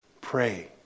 pray